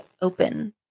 open